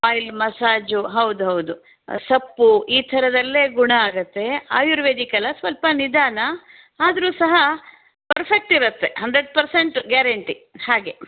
oil massage ಹೌದು ಹೌದು ಸೊಪ್ಪು ಈ ಥರದಲ್ಲೇ ಗುಣ ಆಗತ್ತೆ ಆಯುರ್ವೇದಿಕ್ ಅಲ್ಲ ಸ್ವಲ್ಪ ನಿಧಾನ ಆದರೂ ಸಹ ಪರ್ಫೆಕ್ಟ್ ಇರತ್ತೆ ಹಂಡ್ರೆಡ್ ಪರ್ಸೆಂಟ್ ಗ್ಯಾರಂಟಿ ಹಾಗೆ